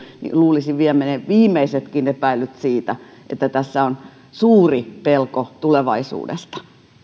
luulisi vievän ne viimeisetkin epäilyt että tässä on suuri pelko tulevaisuudesta